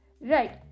right